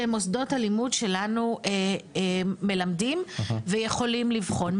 שמוסדות הלימוד שלנו מלמדים ויכולים לבחון.